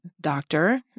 doctor